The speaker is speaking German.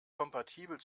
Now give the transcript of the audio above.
kompatibel